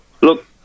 Look